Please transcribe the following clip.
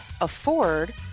afford